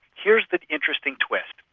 here's the interesting twist.